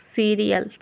serial